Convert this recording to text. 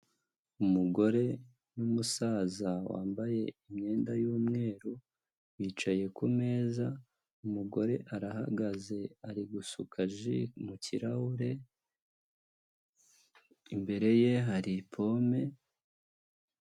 Umugore n'umusaza wambaye imyenda y'umweru, bicaye kumeza, umugore arahagaze ari gusukaje mu kirahure, imbere ye hari pome.